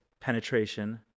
Penetration